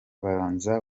banza